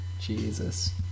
Jesus